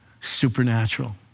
supernatural